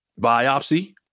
biopsy